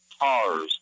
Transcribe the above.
cars